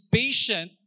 patient